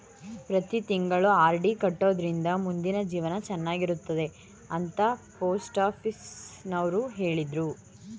ಪ್ರತಿ ತಿಂಗಳು ಆರ್.ಡಿ ಕಟ್ಟೊಡ್ರಿಂದ ಮುಂದಿನ ಜೀವನ ಚನ್ನಾಗಿರುತ್ತೆ ಅಂತ ಪೋಸ್ಟಾಫೀಸುನವ್ರು ಹೇಳಿದ್ರು